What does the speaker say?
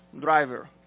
driver